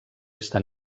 estan